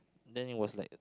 then it was like